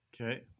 Okay